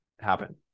happen